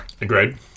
Agreed